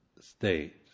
state